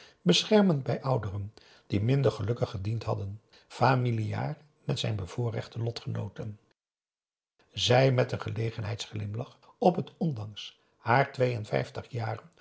beschermend bij ouderen die minder gelukkig gediend hadden familiaar met zijn bevoorrechte lotgenooten zij met een gelegenheids glimlach op het ondanks haar twee en vijftig jaren